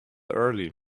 early